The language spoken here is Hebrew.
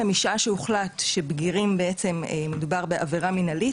ומשעה שהוחלט שלבגירים מדובר בעבירה מנהלית,